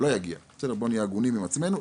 נהיה הגונים עם עצמנו,